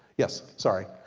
yes. sorry.